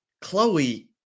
Chloe